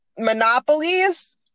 monopolies